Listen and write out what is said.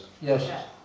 Yes